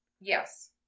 Yes